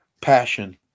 passion